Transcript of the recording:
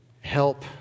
help